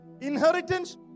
inheritance